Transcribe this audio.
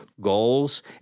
goals